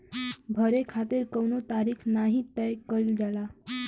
भरे खातिर कउनो तारीख नाही तय कईल जाला